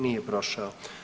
Nije prošao.